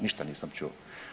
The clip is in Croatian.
Ništa nisam čuo.